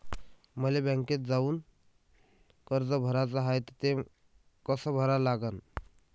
मले बँकेत जाऊन कर्ज भराच हाय त ते कस करा लागन?